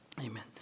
Amen